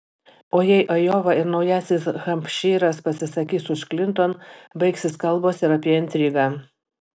o jei ajova ir naujasis hampšyras pasisakys už klinton baigsis kalbos ir apie intrigą